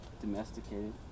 domesticated